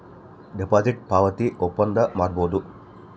deposit ಪಾವತಿಸಿ ಒಪ್ಪಂದ ಮಾಡಬೋದು